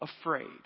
afraid